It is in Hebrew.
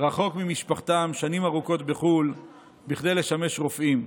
רחוק ממשפחתם שנים ארוכות בחו"ל כדי לשמש כרופאים.